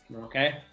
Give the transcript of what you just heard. Okay